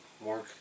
work